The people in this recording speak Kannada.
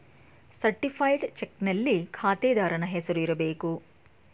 ಸರ್ಟಿಫೈಡ್ ಚಕ್ನಲ್ಲಿ ಖಾತೆದಾರನ ಹೆಸರು ಇರಬೇಕು